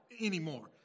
anymore